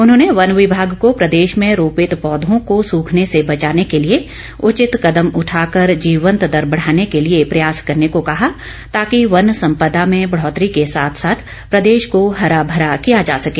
उन्होंने वन विभाग को प्रदेश में रोपित पौधों को सुखने से बचाने के लिए उचित कदम उठाकर जीवंत दर बढ़ाने के लिए प्रयास करने को कहा ताकि वन सम्पदा में बढ़ोतरी के साथ साथ प्रदेश को हरा मरा किया जा सके